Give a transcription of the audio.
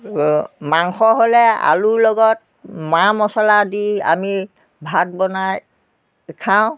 মাংস হ'লে আলুৰ লগত মা মচলা দি আমি ভাত বনাই খাওঁ